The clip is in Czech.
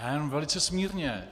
Já jenom velice smírně.